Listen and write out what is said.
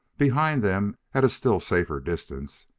behind them, at a still safer distance,